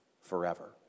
forever